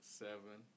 seven